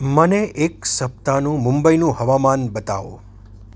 મને એક સપ્તાહનું મુંબઈનું હવામાન બતાવો